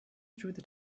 through